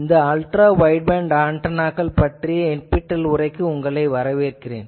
இந்த ultra wideband ஆன்டெனாக்கள் பற்றிய NPTEL உரைக்கு உங்களை வரவேற்கிறேன்